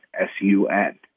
S-U-N